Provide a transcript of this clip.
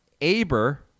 Aber